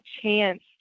chance